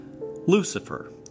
Lucifer